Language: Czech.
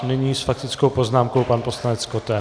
Nyní s faktickou poznámkou pan poslanec Koten.